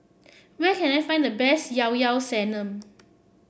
where can I find the best Llao Llao Sanum